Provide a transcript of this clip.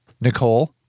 Nicole